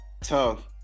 tough